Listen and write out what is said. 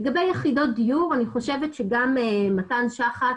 לגבי יחידות דיור, אני חושבת שגם מתן שחק